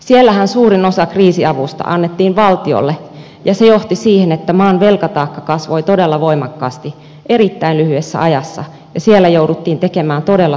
siellähän suurin osa kriisiavusta annettiin valtiolle ja se johti siihen että maan velkataakka kasvoi todella voimakkaasti erittäin lyhyessä ajassa ja siellä jouduttiin tekemään todella suuria säästöjä